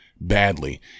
badly